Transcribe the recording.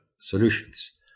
solutions